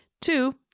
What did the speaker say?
Two